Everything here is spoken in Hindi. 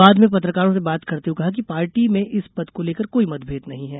बाद में पत्रकारों से बात करते हुये कहा कि पार्टी में इस पद को लेकर कोई मतभेद नहीं है